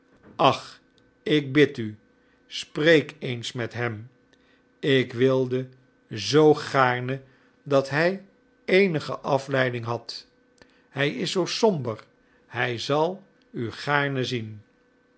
ach ik bid u spreek eens met hem ik wilde zoo gaarne dat hij eenige afleiding had hij is zoo somber hij zal u gaarne zien